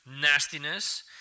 nastiness